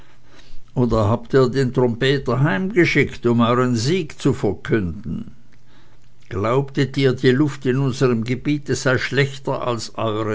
oder habt ihr den trompeter heimgeschickt um euren sieg zu verkünden glaubtet ihr die luft in unserm gebiet sei schlechter als